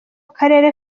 karere